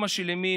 אימא של אמי,